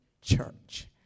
church